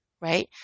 right